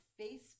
Facebook